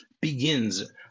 begins